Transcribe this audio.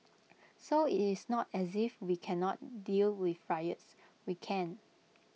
so IT is not as if we cannot deal with riots we can